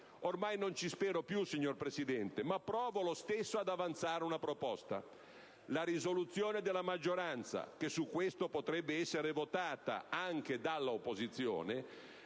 Ormai non ci spero più, signor Presidente, ma provo lo stesso ad avanzare una proposta. La risoluzione della maggioranza, che su questo potrebbe essere votata anche dall'opposizione,